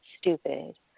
stupid